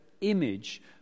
image